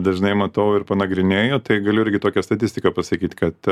dažnai matau ir panagrinėju tai galiu irgi tokią statistiką pasakyt kad